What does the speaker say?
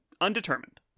undetermined